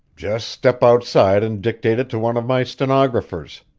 just step outside and dictate it to one of my stenographers,